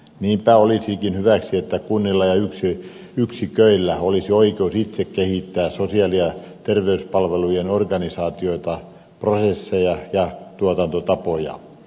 niinpä olisikin hyväksi että kunnilla ja yksiköillä olisi oikeus itse kehittää sosiaali ja terveyspalvelujen organisaatioita prosesseja ja tuotantotapoja